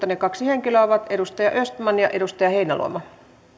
ne kaksi henkilöä ovat edustaja östman ja edustaja heinäluoma